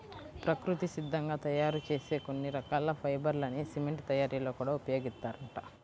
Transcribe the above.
ప్రకృతి సిద్ధంగా తయ్యారు చేసే కొన్ని రకాల ఫైబర్ లని సిమెంట్ తయ్యారీలో ఉపయోగిత్తారంట